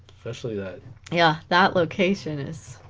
especially that yeah that location is